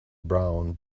brown